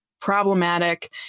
problematic